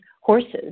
horses